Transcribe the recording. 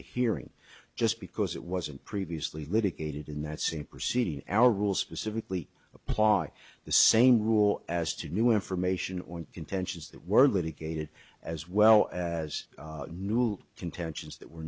e hearing just because it wasn't previously litigated in that same proceeding our rules specifically applause the same rule as to new information or intentions that were litigated as well as new contentions that were